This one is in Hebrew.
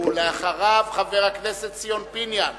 ואחריו, חבר הכנסת ציון פיניאן.